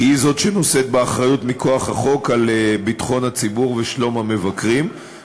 כי היא זאת שנושאת באחריות מכוח החוק לביטחון הציבור ושלום המבקרים,